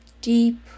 deep